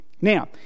Now